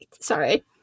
Sorry